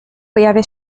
pojawia